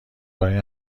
برای